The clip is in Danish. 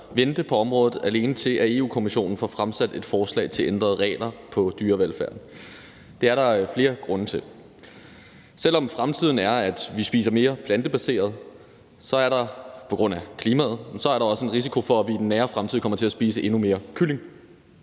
det her område, indtil Europa-Kommissionen får fremsat et forslag til at ændre reglerne for dyrevelfærd. Det er der flere grunde til. Selv om fremtiden er, at vi spiser mere plantebaseret kost på grund af klimaet, er der også en risiko for, at vi i den nære fremtid kommer til at spise endnu mere kylling.